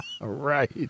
Right